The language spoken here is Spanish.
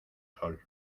sol